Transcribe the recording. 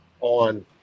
on